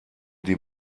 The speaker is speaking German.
die